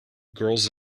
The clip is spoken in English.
girls